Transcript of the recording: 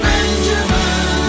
Benjamin